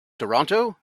toronto